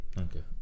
okay